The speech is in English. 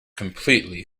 completely